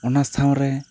ᱚᱱᱟ ᱥᱟᱶ ᱨᱮ